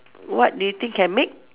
what do you think can make